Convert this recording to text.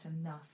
enough